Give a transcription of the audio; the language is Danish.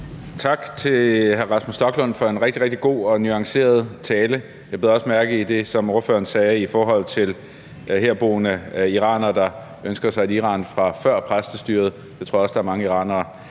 Tak til hr. Rasmus Stoklund for en rigtig, rigtig god og nuanceret tale. Jeg bed også mærke i det, som ordføreren sagde i forhold til herboende iranere, der ønsker sig et Iran fra før præstestyret; det tror jeg også der er mange iranere